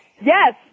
Yes